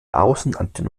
außenantenne